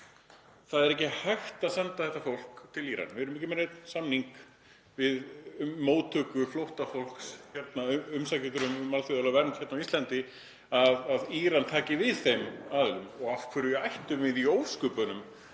Það er ekki hægt að senda þetta fólk til Írans. Við erum ekki með neinn samning um móttöku flóttafólks, umsækjendur um alþjóðlega vernd hérna á Íslandi, að Íran taki við þeim aðilum. Og af hverju í ósköpunum